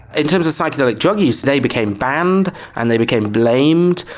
in terms of psychedelic drug yeah they became banned and they became blamed,